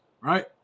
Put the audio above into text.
right